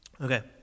Okay